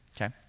Okay